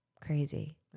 Crazy